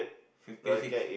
fifty six